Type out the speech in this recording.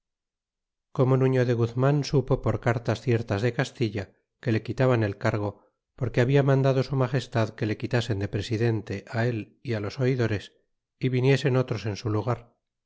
como nuño de guzman supo por cartas ciertas de castilla que le quitaban el cargo porque habia mandado su magestad que le quitasen de presidente el y los oidores y vi niesen otros en su lugar